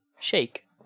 Shake